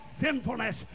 sinfulness